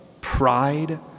pride